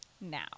Now